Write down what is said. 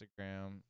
Instagram